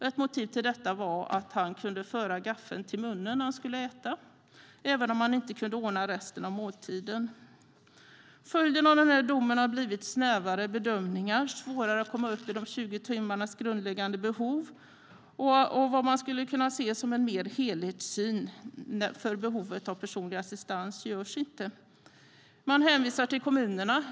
Ett motiv till detta var att han kunde föra gaffeln till munnen när han skulle äta även om han inte kunde ordna resten av måltiden. Följden av den här domen har blivit snävare bedömningar och att det är svårare att komma upp i de 20 timmarnas grundläggande behov, och vad man skulle kunna se som en helhetsöversyn för behovet av personlig assistans görs inte. Man hänvisar till kommunerna.